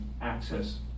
access